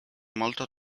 molto